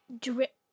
drip